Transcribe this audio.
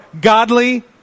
godly